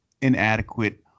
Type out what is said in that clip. inadequate